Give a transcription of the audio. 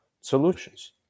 solutions